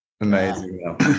Amazing